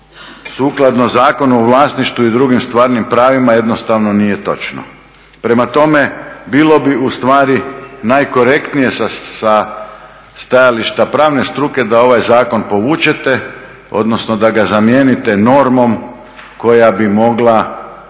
sukladno Zakonu o vlasništvu i drugim stvarnim pravima jednostavno nije točno. Prema tome, bilo bi ustvari najkorektnije sa stajališta pravne struke da ovaj zakon povučete odnosno da ga zamijenite normom koja bi mogla